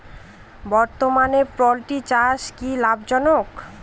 বর্তমানে পোলট্রি চাষ কি লাভজনক?